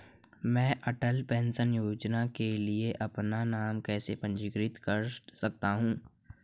मैं अटल पेंशन योजना के लिए अपना नाम कैसे पंजीकृत कर सकता हूं?